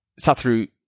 Sathru